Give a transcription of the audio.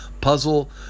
puzzle